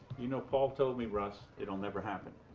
you know, paul told me, russ, it'll never happen.